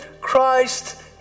Christ